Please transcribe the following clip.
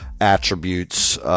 attributes